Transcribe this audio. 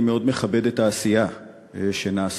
אני מאוד מכבד את העשייה שנעשתה,